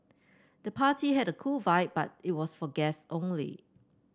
the party had a cool vibe but it was for guests only